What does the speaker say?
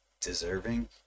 deserving